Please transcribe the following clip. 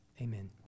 Amen